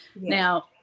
Now